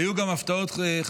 היו גם הפתעות מגדריות,